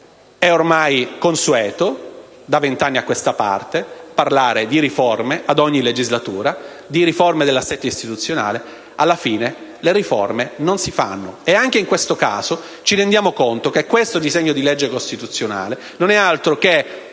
è ormai consueto, da 20 anni a questa parte, parlare a ogni legislatura di riforme dell'assetto istituzionale; e alla fine le riforme non si fanno. Anche in questo caso, ci rendiamo conto che questo disegno di legge costituzionale altro non